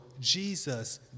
Jesus